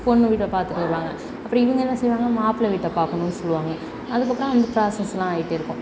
பொண்ணு வீட்டை பார்த்துட்டு வருவாங்க அப்புறம் இவங்க என்ன செய்வாங்க மாப்பிள்ளை வீட்டை பார்க்கணுன்னு சொல்வாங்க அதுக்கப்புறம் அந்த ப்ராசஸ்லாம் ஆகிட்டேருக்கும்